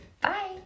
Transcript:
Bye